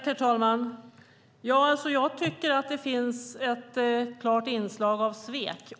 Herr talman! Jag tycker att det finns ett klart inslag av svek.